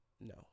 No